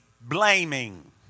blaming